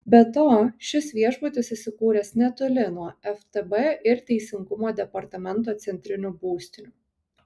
be to šis viešbutis įsikūręs netoli nuo ftb ir teisingumo departamento centrinių būstinių